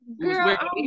Girl